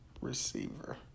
receiver